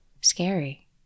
Scary